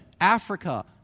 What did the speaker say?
Africa